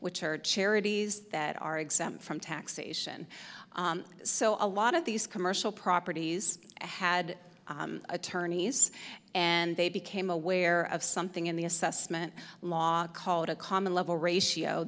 which are charities that are exempt from taxation so a lot of these commercial properties had attorneys and they became aware of something in the assessment law called a common level ratio